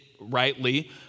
rightly